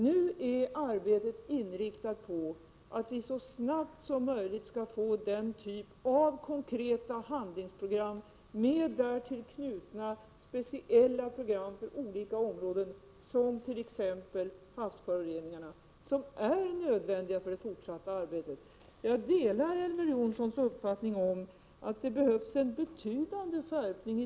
Nu är arbetet inriktat på att vi så snabbt som möjligt skall få den typ av konkreta handlingsprogram som är nödvändiga för det fortsatta arbetet, med därtill knutna speciella program för olika områden, exempelvis havsföroreningarna. Jag delar Elver Jonssons uppfattning att det behövs en betydande skärpning i det nordiska samarbetet när det gäller konkret handling.